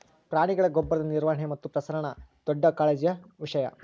ಪ್ರಾಣಿಗಳ ಗೊಬ್ಬರದ ನಿರ್ವಹಣೆ ಮತ್ತು ಪ್ರಸರಣ ದೊಡ್ಡ ಕಾಳಜಿಯ ವಿಷಯ